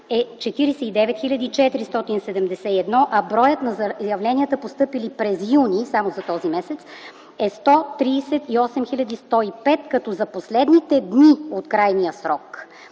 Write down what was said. е 49 471, а броят на заявленията, постъпили през юни само за този месец, е 138 105, като за последните дни от крайния срок